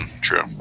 True